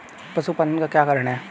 पशुपालन का क्या कारण है?